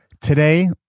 Today